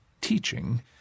teaching